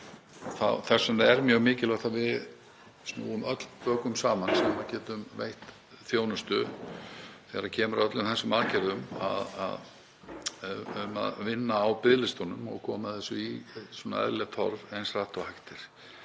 Þess vegna er mjög mikilvægt að við snúum öll bökum saman sem getum veitt þjónustu þegar kemur að öllum þessum aðgerðum og vinnum á biðlistunum og komum þessu í eðlilegt horf eins hratt og hægt er.